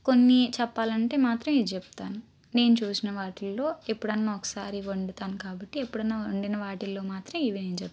కొన్ని చెప్పాలంటే మాత్రం ఇది చెప్తాను నేను చుసిన వాటిల్లో ఎప్పుడన్నా ఒక్కసారి వండుతాను కాబట్టి ఎప్పుడన్నా వండిన వాటిల్లో మాత్రం ఇవి నేను చెప్తా